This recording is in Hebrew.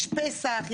יש פסח,